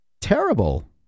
Terrible